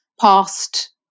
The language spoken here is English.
past